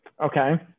Okay